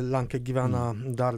lenkai gyvena dar